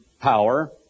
power